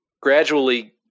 gradually